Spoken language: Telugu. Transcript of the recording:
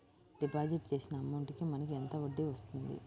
డిపాజిట్ చేసిన అమౌంట్ కి మనకి ఎంత వడ్డీ వస్తుంది?